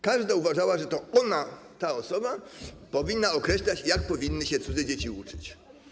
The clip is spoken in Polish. Każda uważała, że to ona, ta osoba, powinna określać, jak powinny się cudze dzieci uczyć.